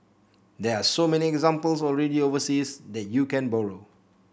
there are so many examples already overseas that you can borrow